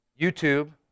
YouTube